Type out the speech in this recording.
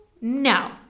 No